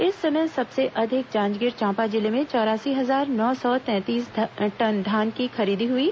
इस समय सबसे अधिक जांजगीर चाम्पा जिले में चौरासी हजार नौ सौ तैंतीस टन धान की खरीदी हुई है